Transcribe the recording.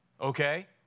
Okay